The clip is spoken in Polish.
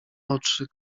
oczy